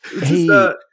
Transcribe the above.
Hey